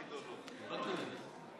פה אחד.